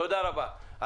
תודה רבה.